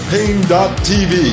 Pain.tv